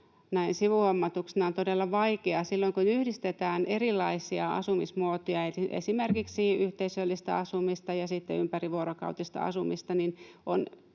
sivuhuomautuksena — on todella vaikeaa silloin, kun yhdistetään erilaisia asumismuotoja, esimerkiksi yhteisöllistä asumista ja sitten ympärivuorokautista asumista.